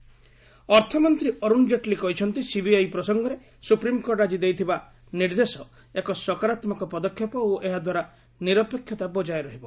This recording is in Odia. ଜେଟ୍ଲୀ ସିବିଆଇ ଅର୍ଥମନ୍ତ୍ରୀ ଅରୁଣ ଜେଟ୍ଲୀ କହିଛନ୍ତି ସିବିଆଇ ପ୍ରସଙ୍ଗରେ ସୁପ୍ରିମ୍କୋର୍ଟ ଆଜି ଦେଇଥିବା ନିର୍ଦ୍ଦେଶ ଏକ ସକାରାତ୍ମକ ପଦକ୍ଷେପ ଓ ଏହାଦ୍ୱାରା ନିରପେକ୍ଷତା ବଜାୟ ରହିବ